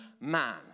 man